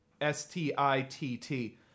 S-T-I-T-T